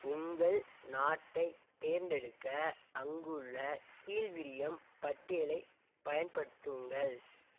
உங்கள் நாட்டைத் தேர்ந்தெடுக்க அங்குள்ள கீழ்விரியும் பட்டியலை பயன்படுத்துங்கள்